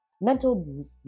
mental